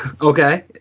Okay